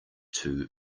too